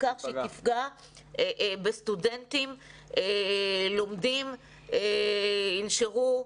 כך שהיא תפגע בסטודנטים לומדים שינשרו,